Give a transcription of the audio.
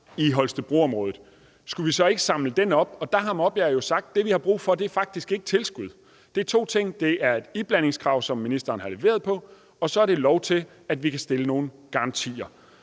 i Holstebroområdet – skulle samle den op. Der har Maabjerg Energy Concept jo sagt, at det, de har brug for, faktisk ikke er tilskud. Det er to ting. Det er et iblandingskrav, som ministeren har leveret på, og så er det tilladelse til, at der kan stilles nogle garantier.